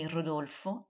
Rodolfo